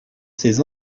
ces